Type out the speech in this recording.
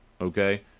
okay